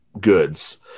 goods